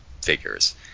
figures